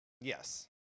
Yes